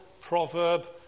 proverb